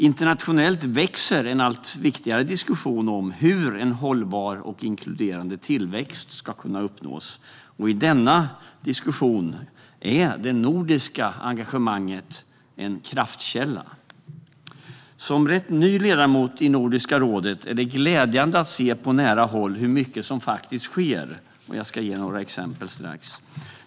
Internationellt växer en allt viktigare diskussion om hur en hållbar och inkluderande tillväxt ska kunna uppnås. I denna diskussion är det nordiska engagemanget en kraftkälla. För mig som rätt ny ledamot i Nordiska rådet är det glädjande att se på nära håll hur mycket som faktiskt sker. Jag ska strax ge några exempel.